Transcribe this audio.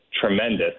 tremendous